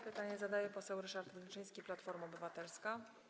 Pytanie zadaje poseł Ryszard Wilczyński, Platforma Obywatelska.